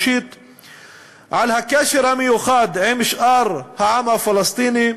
על הקשר המיוחד עם שאר העם הפלסטיני,